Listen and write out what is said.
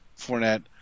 Fournette